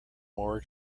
more